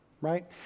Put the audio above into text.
right